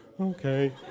Okay